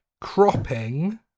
cropping